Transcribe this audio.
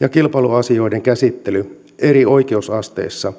ja kilpailuasioiden käsittely eri oikeusasteissa